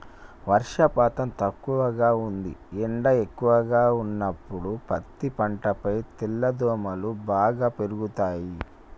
వర్షపాతం తక్కువగా ఉంది ఎండ ఎక్కువగా ఉన్నప్పుడు పత్తి పంటపై తెల్లదోమలు బాగా పెరుగుతయి